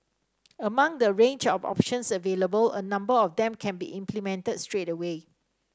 among the range of options available a number of them can be implemented straight away